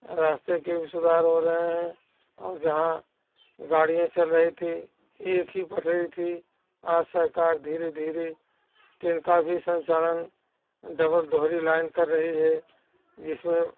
रास्ते के भी सुधार हो रहे हैं और जहाँ गाड़ियाँ चल रही थी एक ही पटरी थी आज सरकार धीरे धीरे ट्रेन का भी संचालन डबल दोहरी लाइन कर रही है जिसमें